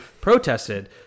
protested